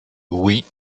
oui